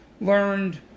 learned